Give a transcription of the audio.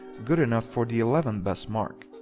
good enough for the eleventh best mark.